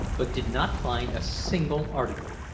but did not find a single article,